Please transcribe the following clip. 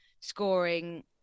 scoring